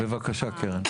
בבקשה, קרן.